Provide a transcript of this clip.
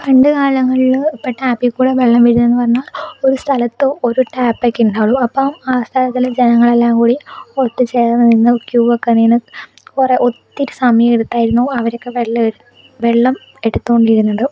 പണ്ട് കാലങ്ങളില് ഇപ്പം ടാപ്പിൽ കൂടി വെള്ളം വീഴുക എന്ന് പറഞ്ഞാൽ ഒരു സ്ഥലത്ത് ഒരു ടാപ്പക്കെ ഉണ്ടാവുകയുള്ളു അപ്പം ആ സ്ഥലത്തിലെ ജനങ്ങൾ എല്ലാം കൂടി ഒത്ത് ചേർന്ന് നിന്ന് ക്യൂ ഒക്കെ നിന്ന് കുറെ ഒത്തിരി സമയം എടുത്തായിരുന്നു അവരൊക്കെ വെള്ളം വെള്ളം എടുത്തു കൊണ്ടിരുന്നത്